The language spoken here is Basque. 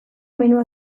menua